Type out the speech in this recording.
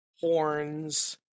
horns